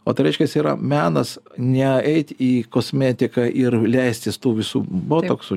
o tai reiškiasi yra menas ne eit į kosmetiką ir leistis tų visų botoksų